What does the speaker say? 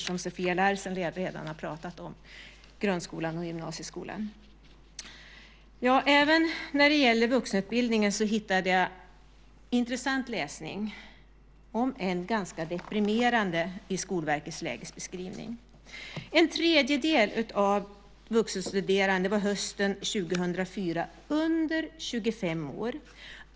Sofia Larsen har ju redan pratat om grundskolan och gymnasieskolan. Även när det gäller vuxenutbildningen hittade jag intressant läsning, om än ganska deprimerande, i Skolverkets lägesbeskrivning. En tredjedel av de vuxenstuderande hösten 2004 var under 25 år.